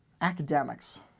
academics